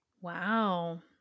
Wow